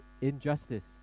injustice